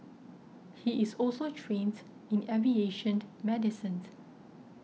he is also trains in aviation medicine